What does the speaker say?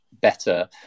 better